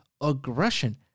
aggression